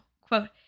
quote